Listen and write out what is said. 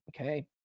Okay